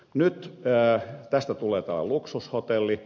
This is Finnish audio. nyt tästä tulee tämä luksushotelli